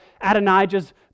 Adonijah's